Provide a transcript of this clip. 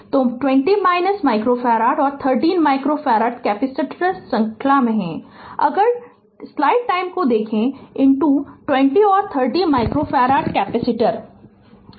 तो 20 माइक्रोफ़ारड और 30 microfarad capacitor श्रृंखला में हैं अगर स्लाइड टाइम को देखे जो 20 और 30 माइक्रोफ़ारड कैपेसिटर श्रृंखला में हैं